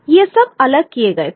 ये सब अलग किए गए थे